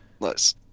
Nice